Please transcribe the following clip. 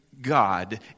God